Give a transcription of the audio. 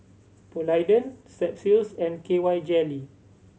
Polident Strepsils and K Y Jelly